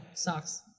sucks